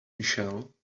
michelle